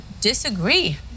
disagree